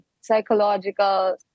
psychological